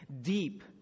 deep